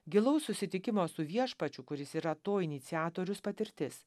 gilaus susitikimo su viešpačiu kuris yra to iniciatorius patirtis